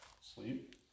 Sleep